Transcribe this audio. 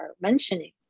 mentioning